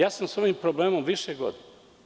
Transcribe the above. Ja sam sa ovim problemom više godina.